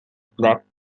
black